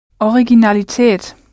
Originalität